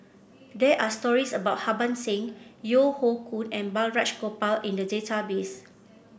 there are stories about Harbans Singh Yeo Hoe Koon and Balraj Gopal in the database